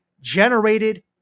generated